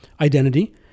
identity